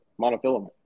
monofilament